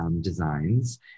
designs